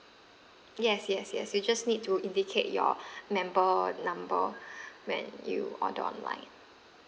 yes yes yes you just need to indicate your member number when you order online